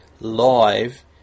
live